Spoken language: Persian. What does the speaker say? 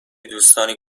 دوستانی